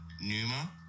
Numa